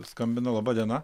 skambino laba diena